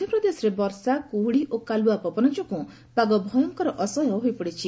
ମଧ୍ୟପ୍ରଦେଶରେ ବର୍ଷା କୁହୁଡ଼ି ଓ କାଲୁଆପବନ ଯୋଗୁଁ ପାଗ ଭୟଙ୍କର ଅସହ୍ୟ ହୋଇପଡ଼ିଛି